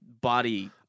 body